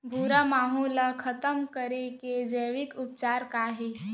भूरा माहो ला खतम करे के जैविक उपचार का हे?